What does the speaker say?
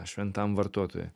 šventam vartotojui